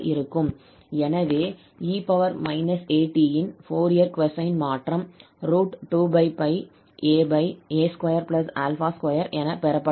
எனவே 𝑒−𝑎𝑡 இன் Fourier cosine மாற்றம் 2 aa22 என பெறப்படுகிறது